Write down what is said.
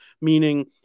Meaning